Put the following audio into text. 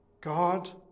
God